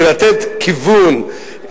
ולתת כיוון,